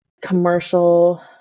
commercial